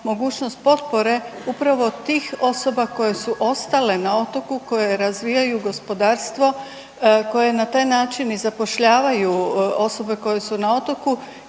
mogućnost potpore upravo tih osoba koje su ostale na otoku koje razvijaju gospodarstvo koje na taj način i zapošljavaju osobe koje su na otoku